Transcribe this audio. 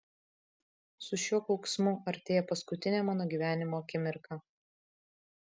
su šiuo kauksmu artėja paskutinė mano gyvenimo akimirka